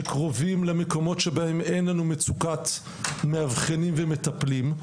שקרובים למקומות שבהם אין לנו מצוקת מאבחנים ומטפלים,